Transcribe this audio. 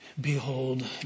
behold